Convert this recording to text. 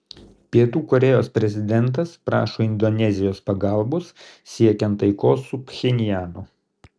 pietų korėjos prezidentas prašo indonezijos pagalbos siekiant taikos su pchenjanu